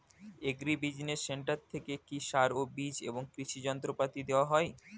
Agri business centre থেকে কি সার ও বিজ এবং কৃষি যন্ত্র পাতি দেওয়া হয়?